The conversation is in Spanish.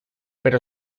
pero